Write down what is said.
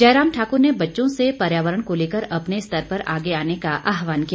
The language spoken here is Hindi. जयराम ठाकुर ने बच्चों से पर्यावरण को लेकर अपने स्तर पर आगे आने का आह्वान किया